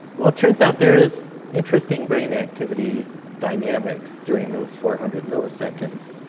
well, it turns out there is interesting brain activity dynamics during those four hundred milliseconds.